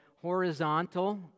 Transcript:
horizontal